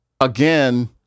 again